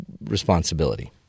responsibility